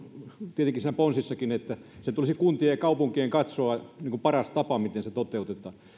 tietenkin niissä ponsissakin kuntien ja kaupunkien tulisi katsoa paras tapa miten se toteutetaan